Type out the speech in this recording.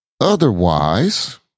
Otherwise